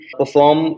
perform